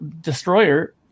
Destroyer